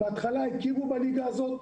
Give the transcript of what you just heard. בהתחלה הכירו בליגה הזאת...